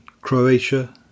Croatia